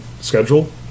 schedule